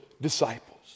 disciples